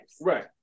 Right